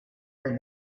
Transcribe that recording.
right